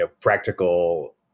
practical